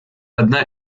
одна